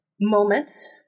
moments